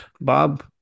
Bob